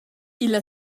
illa